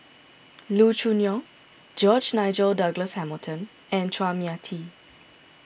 Loo Choon Yong George Nigel Douglas Hamilton and Chua Mia Tee